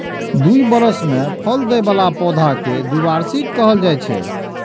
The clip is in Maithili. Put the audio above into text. दू बरस मे फल दै बला पौधा कें द्विवार्षिक कहल जाइ छै